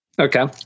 Okay